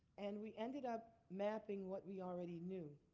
and we ended up mapping what we already knew.